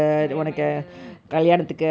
career minded and all that